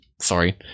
Sorry